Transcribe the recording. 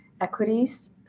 equities